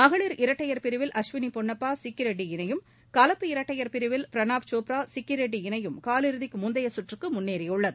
மகளிர் இரட்டையர் பிரிவில் அஸ்வினி பொன்னப்பா சிக்கி ரெட்டி இணையும் கலப்பு இரட்டையர் பிரிவில் பிரணாப் சோப்ரா சிக்கிரெட்டி இணையும் காலிறுதிக்கு முந்தைய சுற்றுக்கு முன்னேறியுள்ளது